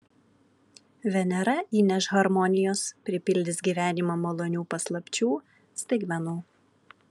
venera įneš harmonijos pripildys gyvenimą malonių paslapčių staigmenų